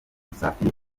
musafiri